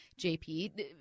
JP